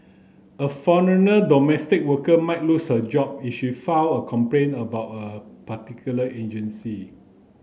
a foreigner domestic worker might lose her job if she file a complaint about a particular agency